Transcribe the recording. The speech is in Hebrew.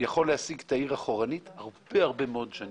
יכול להסיג את העיר אחורנית הרבה מאוד שנים.